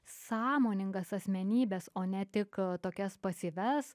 sąmoningas asmenybes o ne tik tokias pasyvias